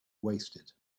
wasted